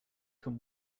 can